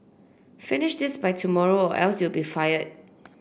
finish this by tomorrow or else you'll be fired